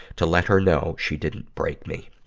to let her know she didn't break me.